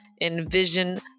envision